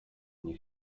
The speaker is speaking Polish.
nie